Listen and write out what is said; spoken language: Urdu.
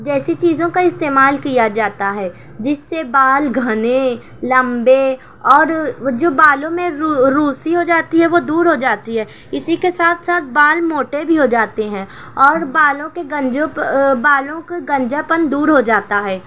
جیسی چیزوں کا استعمال کیا جاتا ہے جس سے بال گھنے لمبے اور جو بالوں میں رو روسی ہو جاتی ہے وہ دور ہو جاتی ہے اسی کے ساتھ ساتھ بال موٹے بھی ہو جاتے ہیں اور بالوں کے بالوں کے گنجاپن دور ہو جاتا ہے